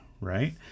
right